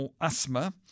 asthma